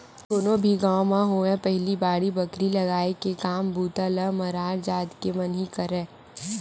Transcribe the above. कोनो भी गाँव म होवय पहिली बाड़ी बखरी लगाय के काम बूता ल मरार जात के मन ही करय